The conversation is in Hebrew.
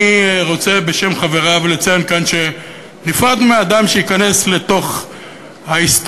אני רוצה בשם חבריו לציין כאן שנפרדנו מאדם שייכנס לתוך ההיסטוריה,